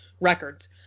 records